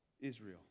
Israel